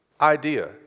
idea